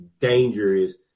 dangerous